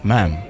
Ma'am